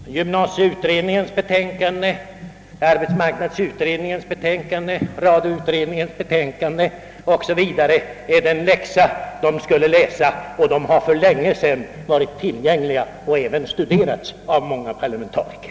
Herr talman! Gymnasieutredningens betänkande, arbetsmarknadsutredningens betänkande, radioutredningens betänkande 0. s. v. är den läxa de skulle läsa. Dessa har sedan länge varit tillgängliga och även studerats av många parlamentariker.